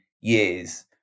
years